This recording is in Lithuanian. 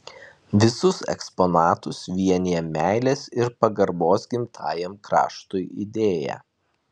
visus eksponatus vienija meilės ir pagarbos gimtajam kraštui idėja